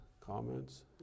comments